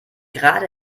gerade